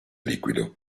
liquido